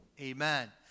amen